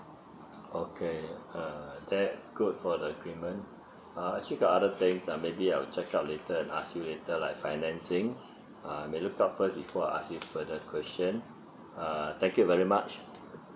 okay uh that's good for the agreement uh actually got other place uh maybe I'll check out later and ask you later lah like financing uh you proper before I ask you further question uh thank you very much